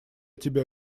тебя